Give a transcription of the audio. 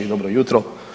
Dobro jutro.